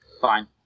Fine